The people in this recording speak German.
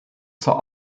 zur